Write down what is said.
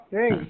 Hey